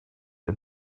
and